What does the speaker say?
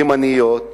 ימניות,